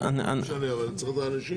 אופיר, לא משנה אבל אני צריך את האנשים.